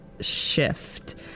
shift